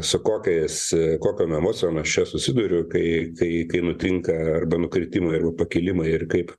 su kokiais kokiom emocijom aš čia susiduriu kai kai nutinka arba nukritimai arba pakilimai ir kaip